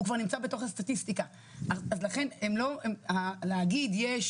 הוא כבר נמצא בתוך הסטטיסטיקה אז להגיד יש